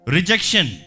Rejection